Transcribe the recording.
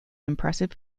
impressive